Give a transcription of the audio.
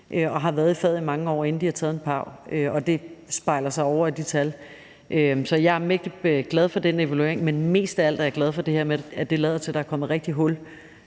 og har været i faget i mange år, inden de har taget en pædagogisk assistentuddannelse, og det afspejler sig i de tal. Så jeg er mægtig glad for den evaluering, men mest af alt er jeg glad for det her med, at det lader til, at der er kommet rigtig hul